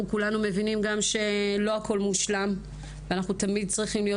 כולנו מבינים גם שלא הכול מושלם ואנחנו תמיד צריכים להיות